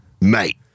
Mate